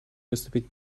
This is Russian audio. выступить